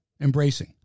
Embracing